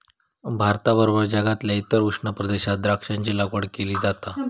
भारताबरोबर जगातल्या इतर उष्ण प्रदेशात द्राक्षांची लागवड केली जा